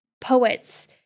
poets